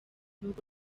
nuko